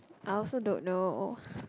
I also don't know